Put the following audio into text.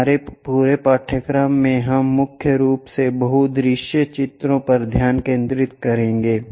हमारे पूरे पाठ्यक्रम में हम मुख्य रूप से इस बहु दृश्य चित्र पर ध्यान केंद्रित करेंगे